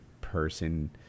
person